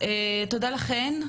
תודה לכן,